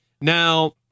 Now